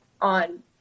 on